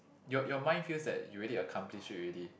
your your mind feels that you already accomplished already